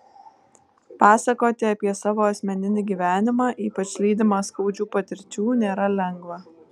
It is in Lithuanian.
pasakoti apie savo asmeninį gyvenimą ypač lydimą skaudžių patirčių nėra lengva